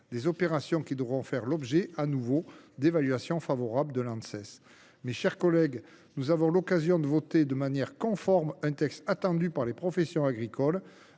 telles opérations devront faire l’objet, de nouveau, d’une évaluation favorable de l’Anses. Mes chers collègues, nous avons l’occasion de voter conforme un texte attendu par les professions agricoles,